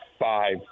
five